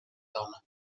dona